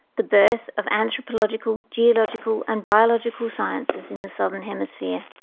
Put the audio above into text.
the birth of anthropological, geological and biological sciences in the southern hemisphere,